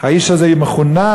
האיש הזה יהיה מחונך.